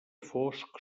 fosc